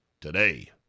today